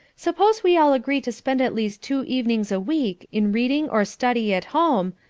suppose we all agree to spend at least two evenings a week in reading or study at home,